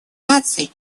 наций